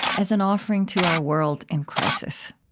as an offering to our world in crisis